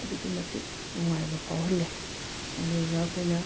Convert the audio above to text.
ꯑꯗꯨꯛꯀꯤ ꯃꯇꯤꯛ ꯅꯨꯡꯉꯥꯏꯕ ꯐꯥꯎꯍꯜꯂꯦ ꯑꯗꯨꯒ ꯑꯩꯈꯣꯏꯅ